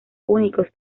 únicos